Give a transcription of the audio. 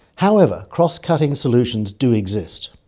however cross-cutting solutions do exist.